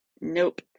nope